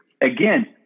Again